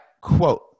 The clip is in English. quote